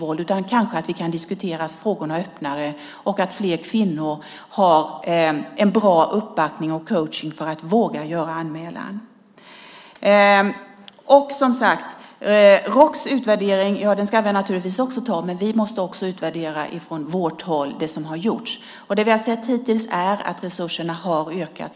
I stället kanske vi kan diskutera frågorna öppnare så att fler kvinnor har bra uppbackning och coachning för att våga göra anmälan. Roks utvärdering ska vi naturligtvis ta till oss, men vi måste också från vårt håll utvärdera det som har gjorts. Det vi hittills har sett är att resurserna ökat.